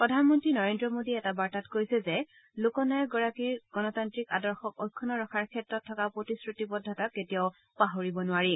প্ৰধানমন্ত্ৰী নৰেন্দ্ৰ মোদীয়ে এটা বাৰ্তাত কৈছে যে লোকনায়কগৰাকীৰ গণতান্ত্ৰিক আদৰ্শক অক্ষুগ্ণ ৰখাৰ ক্ষেত্ৰত থকা প্ৰতিশ্ৰতিবদ্ধতাক কেতিয়াও পাহৰিব নোৱাৰি